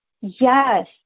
Yes